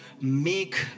make